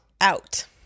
out